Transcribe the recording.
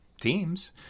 Teams